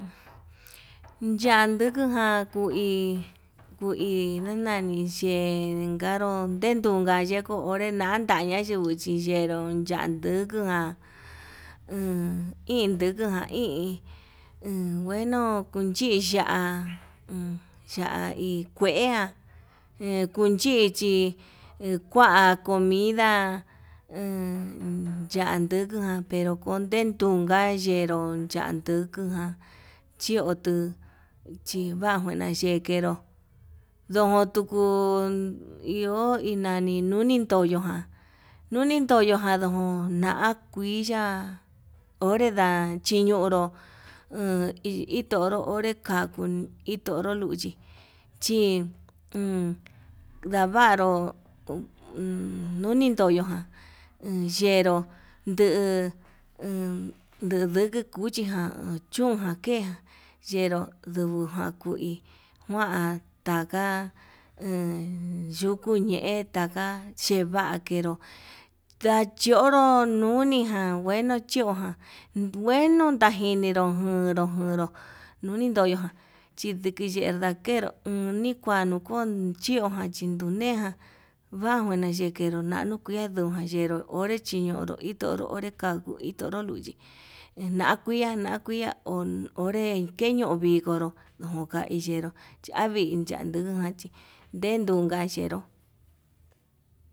Yandukujan ku'í, ku'í nananin xhenkanró ndetuka onré konre nadantaña ñayinguo chiyenró, yandukujan iindukujan íín iin njueno kuchiya'á, uun ya'á hi kueján uun ya'á in chichi he kua comida en yandukuján pero konde yunka yenró, yandukuján chio tuu hijuajuna yekenró ndojón tuku iho hi nani unintoyo ján nuni toyoján yanona kuiya onre nda'a chiñonró, uun hi tonro onre kakuru itonró luchí uun ndavaru ko nunnin toyoján inyeruuun ndediki cuchi jan, chón jan ke xheró ndukujan kui juan taka en yuku ñe'eta taka cheva'a kenró ndachioro nuniján nenuu chioján njueno ndainiro njuniró nuni ndoyoján chidikiye ndakenró, unikuanu chioján uneján huajununa xhikenru nanu kue nduka yenró ni chino'i itonró nda'a kutu ichonro luchi enana kuia na kuia ho onré keño'o vikonró unka iyenró chi avii ndanuka ndenuka chenró.